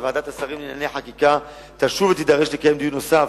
וועדת השרים לענייני חקיקה תשוב ותידרש לקיים דיון נוסף,